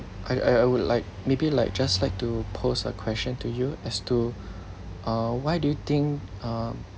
I I I would like maybe like just like to pose a question to you as to uh why do you think uh